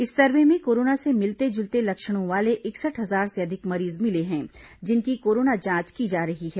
इस सर्वे में कोरोना से मिलते जुलते लक्षणों वाले इकसठ हजार से अधिक मरीज मिले हैं जिनकी कोरोना जांच की जा रही है